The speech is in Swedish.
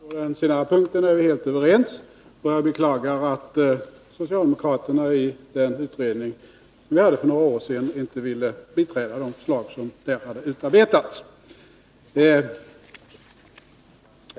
Fru talman! På den senare punkten är vi helt överens. Och jag beklagar att socialdemokraterna i den utredning som vi hade för några år sedan inte ville biträda de förslag som där hade utarbetats.